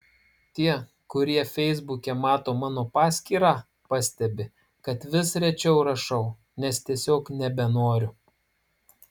tie kurie feisbuke mato mano paskyrą pastebi kad vis rečiau rašau nes tiesiog nebenoriu